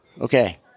Okay